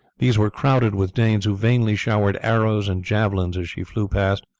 these were crowded with danes, who vainly showered arrows and javelins as she flew past,